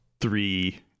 three